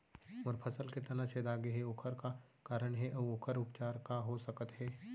मोर फसल के तना छेदा गेहे ओखर का कारण हे अऊ ओखर उपचार का हो सकत हे?